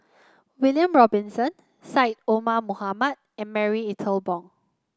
William Robinson Syed Omar Mohamed and Marie Ethel Bong